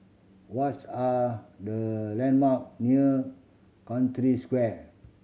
what are the landmark near Century Square